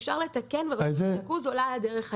אפשר לתקן ורשות הניקוז עולה על דרך הישר.